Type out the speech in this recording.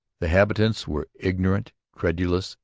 the habitants were ignorant, credulous,